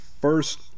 first